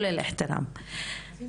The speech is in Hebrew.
(עוברת לשפה הערבית) כל הכבוד.